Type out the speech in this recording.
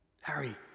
Harry